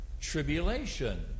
tribulation